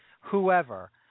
whoever